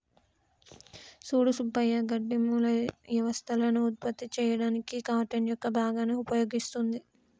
సూడు సుబ్బయ్య గడ్డి మూల వ్యవస్థలను ఉత్పత్తి చేయడానికి కార్టన్ యొక్క భాగాన్ని ఉపయోగిస్తుంది